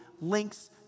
links